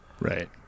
Right